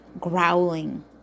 growling